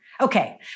Okay